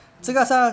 mm